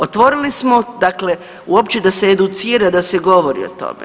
Otvorili smo, dakle, uopće da se educira, da se govori o tome.